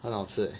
很好吃 leh